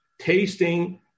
tasting